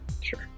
Sure